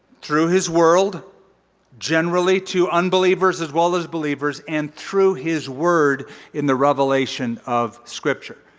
through his world generally to unbelievers as well as believers and through his word in the revelation of scripture.